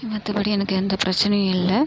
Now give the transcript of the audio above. மற்றபடி எனக்கு எந்தப் பிரச்சினையும் இல்லை